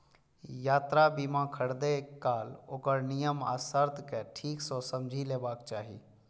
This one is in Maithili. यात्रा बीमा खरीदै काल ओकर नियम आ शर्त कें ठीक सं समझि लेबाक चाही